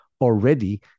already